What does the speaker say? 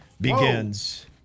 begins